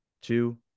two